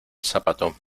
zapato